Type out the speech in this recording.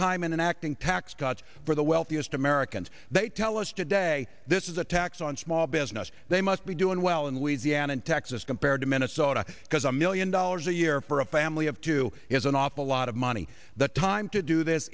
time in an acting tax cuts for the wealthiest americans they tell us today this is a tax on small business they must be doing well and we see an in texas compared to minnesota because a million dollars a year for a family of two is an awful lot of money the time to do this